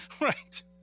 Right